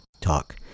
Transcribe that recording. talk